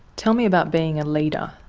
tell me about being a leader.